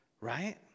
Right